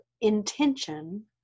intention